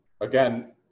Again